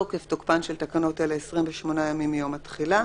תוקף 13. תוקפן של תקנות אלה 28 ימים מיום התחילה.